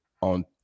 on